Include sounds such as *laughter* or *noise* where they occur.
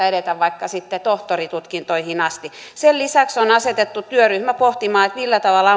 *unintelligible* edetä vaikka sitten tohtorintutkintoihin asti sen lisäksi on asetettu työryhmä pohtimaan millä tavalla *unintelligible*